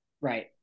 Right